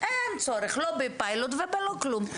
אין צורך: לא בפיילוט ולא בכלום.